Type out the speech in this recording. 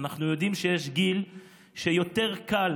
אנחנו יודעים שיש גיל שיותר קל